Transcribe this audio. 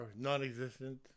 non-existent